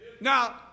Now